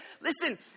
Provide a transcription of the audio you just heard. listen